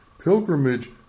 pilgrimage